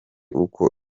uko